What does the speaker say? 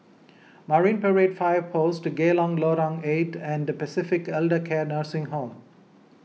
Marine Parade Fire Post Geylang Lorong eight and Pacific Elder Care Nursing Home